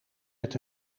met